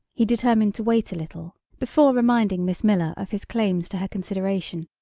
he determined to wait a little before reminding miss miller of his claims to her consideration,